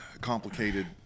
complicated